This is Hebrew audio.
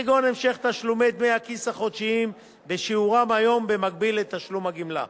כגון המשך תשלומי דמי הכיס החודשיים בשיעורם היום במקביל לתשלום הגמלה.